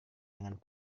dengan